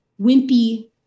wimpy